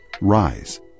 rise